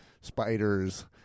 spiders